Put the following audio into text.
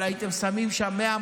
אבל הייתם שמים שם 100,